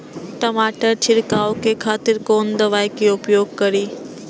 टमाटर छीरकाउ के खातिर कोन दवाई के उपयोग करी?